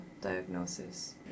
diagnosis